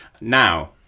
now